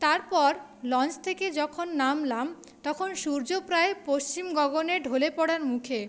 তারপর লঞ্চ থেকে যখন নামলাম তখন সূর্য প্রায় পশ্চিম গগনে ঢলে পড়ার মুখে